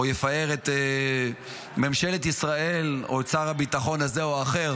יפאר את ממשלת ישראל או את שר הביטחון הזה או אחר